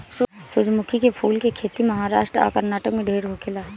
सूरजमुखी के फूल के खेती महाराष्ट्र आ कर्नाटक में ढेर होखेला